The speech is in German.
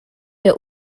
der